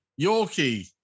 Yorkie